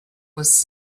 was